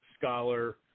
scholar